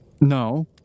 no